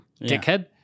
dickhead